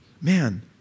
man